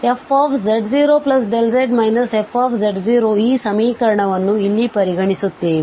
ಆದ್ದರಿಂದ fz0z fz0 ಈಸಮೀಕರಣವನ್ನು ಇಲ್ಲಿ ಪರಿಗಣಿಸುತ್ತೇವೆ